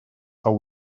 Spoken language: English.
how